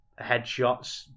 headshots